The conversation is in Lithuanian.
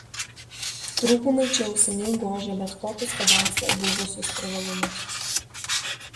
trūkumai čia jau seniai gožia bet kokius kadaise buvusius privalumus